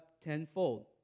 tenfold